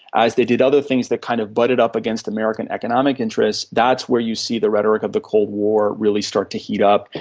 as they did other things that kind of butted up against american economic interests, that's where you see the rhetoric of the cold war really start to heat up,